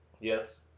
Yes